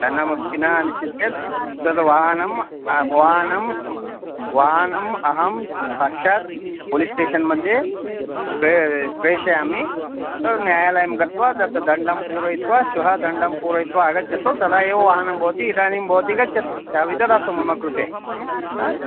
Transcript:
धनमपि न चेत् तद् वाहनं वाहनं वाहनम् अहं साक्षात् पोलिस् स्टेशन्मध्ये प्र प्रेषयामि तद् न्यायालयं गत्वा तद् दण्डं पूरयित्वा श्वः दण्डं पूरयित्वा आगच्छतु तदा एव वाहनं भवति इदानीं भवती गच्छतु च वि ददातु मम कृते ह